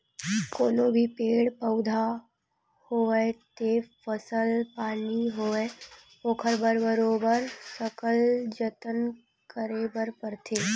कोनो भी पेड़ पउधा होवय ते फसल पानी होवय ओखर बर बरोबर सकल जतन करे बर परथे